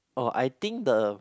oh I think the